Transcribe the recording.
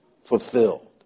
fulfilled